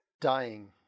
dying